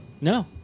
No